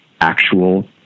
actual